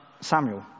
Samuel